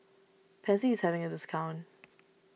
Pansy is having a discount